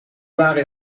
waren